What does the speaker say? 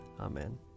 Amen